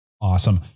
Awesome